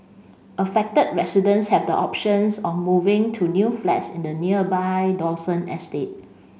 affected residents have the options on moving to new flats in the nearby Dawson estate